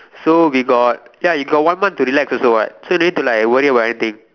so we got ya you got one month to relax also what so you don't need to like worry about anything